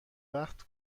وقت